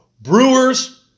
Brewers